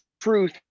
truth